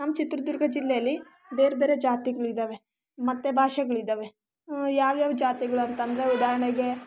ನಮ್ಮ ಚಿತ್ರದುರ್ಗ ಜಿಲ್ಲೆಲಿ ಬೇರೆ ಬೇರೆ ಜಾತಿಗಳಿದ್ದಾವೆ ಮತ್ತೆ ಭಾಷೆಗಳಿದ್ದಾವೆ ಯಾವ್ಯಾವ ಜಾತಿಗಳಂತಂದ್ರೆ ಉದಾಹರಣೆಗೆ